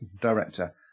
director